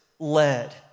Led